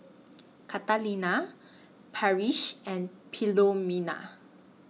Catalina Parrish and Philomena